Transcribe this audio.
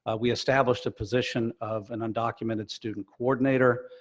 ah we established a position of an undocumented student coordinator.